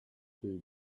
two